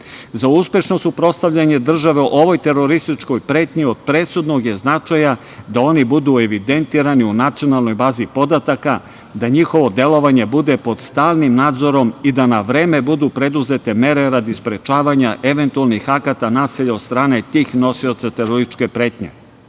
Za uspešno suprotstavljanje države ovoj terorističkoj pretnji od presudnog je značaja da oni budu evidentirani u nacionalnoj bazi podataka, da njihovo delovanje bude pod stalnim nadzorom i da na vreme budu preduzete mere radi sprečavanja eventualnih akata nasilja od strane tih nosioca terorističke pretnje. Treća